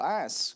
ask